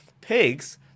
pigs